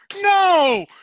No